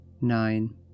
Nine